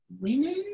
Women